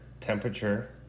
temperature